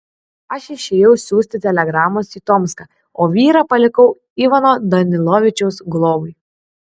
aš išėjau siųsti telegramos į tomską o vyrą palikau ivano danilovičiaus globai